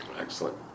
Excellent